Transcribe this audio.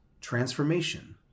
Transformation